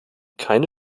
keine